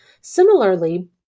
Similarly